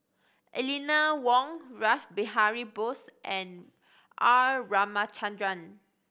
Eleanor Wong Rash Behari Bose and R Ramachandran